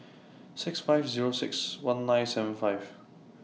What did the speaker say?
six five Zero six one nine seven five